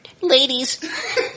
ladies